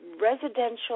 residential